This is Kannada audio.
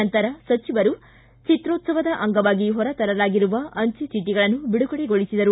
ನಂತರ ಸಚಿವರು ಚಿತ್ರೋತ್ತವದ ಅಂಗವಾಗಿ ಹೊರತರಲಾಗಿರುವ ಅಂಚೆ ಚೀಟಗಳನ್ನು ಬಿಡುಗಡೆಗೊಳಿಸಿದರು